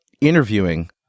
interviewing